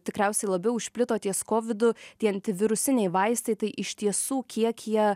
tikriausiai labiau išplito ties kovidu tie antivirusiniai vaistai tai iš tiesų kiek jie